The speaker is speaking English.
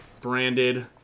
branded